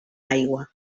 aigua